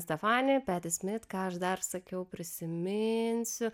stefani peti smit ką aš dar sakiau prisiminsiu